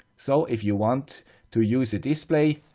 so, if you want to use a display,